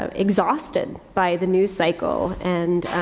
um exhausted by the news cycle and,